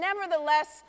nevertheless